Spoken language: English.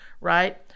right